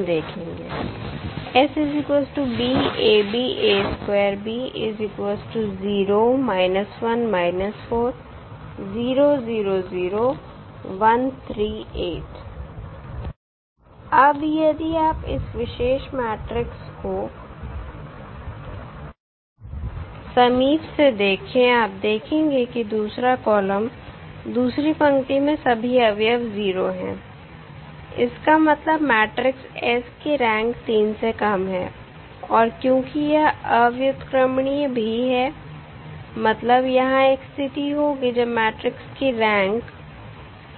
हम देखेंगे अब यदि आप इस विशेष मैट्रिक्स को समीप से देखें आप देखेंगे कि दूसरा कॉलम दूसरी पंक्ति में सभी अवयव 0 हैं इसका मतलब मैट्रिक्स S की रैंक 3 से कम है और क्योंकि यह अव्युत्क्रमणीय भी है मतलब यहां एक स्थिति होगी जब मैट्रिक्स की रैंक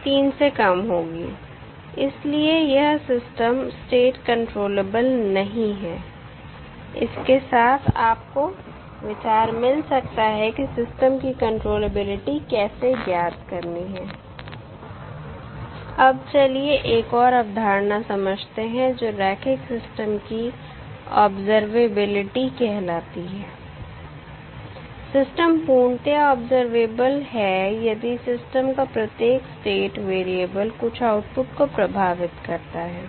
3 से कम होगी इसलिए यह सिस्टम स्टेट कंट्रोलेबल नहीं है इसके साथ आप को विचार मिल सकता है कि सिस्टम की कंट्रोलेबिलिटी कैसे ज्ञात करनी है अब चलिए एक और अवधारणा समझते हैं जो रैखिक सिस्टम की ऑबजरवेबिलिटी कहलाती है सिस्टम पूर्णतया ऑबजरवेबल है यदि सिस्टम का प्रत्येक स्टेट वेरिएबल कुछ आउटपुट को प्रभावित करता है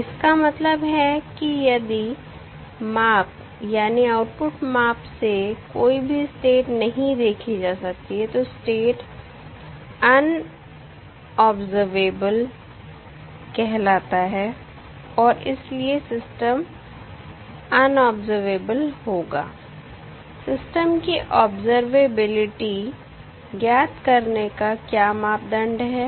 इसका मतलब है कि यदि माप यानी आउटपुट माप से कोई भी स्टेट नहीं देखी जा सकती है तो स्टेट अनऑबजरवेबल कहलाता है और इसलिए सिस्टम अनऑबजरवेबल होगा सिस्टम की ऑबजरवेबिलिटी ज्ञात करने का क्या मापदंड है